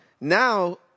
Now